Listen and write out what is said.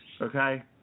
okay